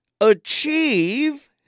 achieve